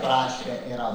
prašė yra